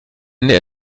ndr